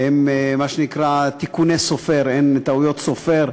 הם תיקוני סופר, טעויות סופר.